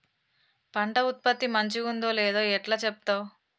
పంట ఉత్పత్తి మంచిగుందో లేదో ఎట్లా చెప్తవ్?